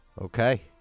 Okay